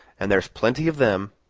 and there's plenty of them.